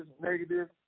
negative